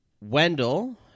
Wendell